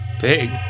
Big